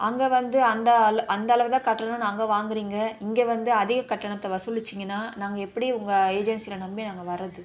அங்கே வந்து அந்த அந்த அளவு தான் கட்டணம் நாங்கள் வாங்குறீங்க இங்கே வந்து அதிக கட்டணத்தை வசூலிச்சீங்கன்னா நாங்கள் எப்படி உங்கள் ஏஜென்சியில் நம்பி நாங்கள் வர்றது